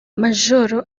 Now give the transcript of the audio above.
majoro